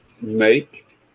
make